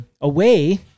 away